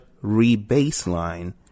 re-baseline